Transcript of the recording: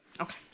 okay